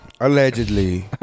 Allegedly